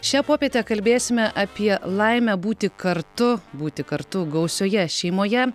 šią popietę kalbėsime apie laimę būti kartu būti kartu gausioje šeimoje